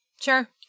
sure